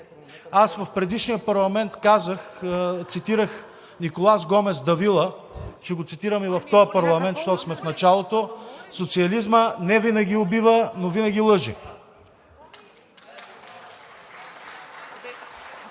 Аз в предишния парламент цитирах Николас Гомес Давила, ще го цитирам и в този парламент, защото сме в началото: „Социализмът не винаги убива, но винаги лъже.“